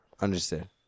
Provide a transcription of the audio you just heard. Understood